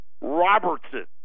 Robertson